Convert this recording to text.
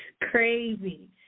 Crazy